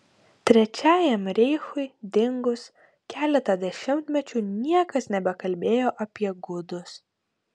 trečiajam reichui dingus keletą dešimtmečių niekas nebekalbėjo apie gudus